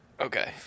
Okay